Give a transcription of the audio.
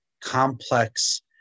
complex